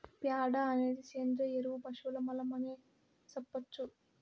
ప్యాడ అనేది సేంద్రియ ఎరువు పశువుల మలం అనే సెప్పొచ్చు